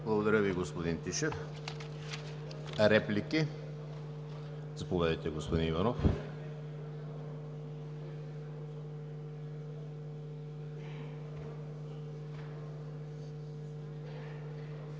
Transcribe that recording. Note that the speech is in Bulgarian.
Благодаря Ви, господин Тишев. Реплики? Заповядайте, господин Иванов.